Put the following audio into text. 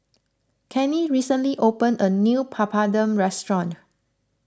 Kenny recently opened a new Papadum restaurant